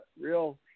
real